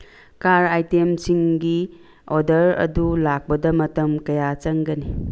car ꯑꯥꯏꯇꯦꯝꯁꯤꯡꯒꯤ order ꯑꯗꯨ ꯂꯥꯛꯄꯗ ꯃꯇꯝ ꯀꯌꯥ ꯆꯪꯒꯅꯤ